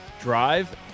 drive